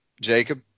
Jacob